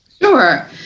sure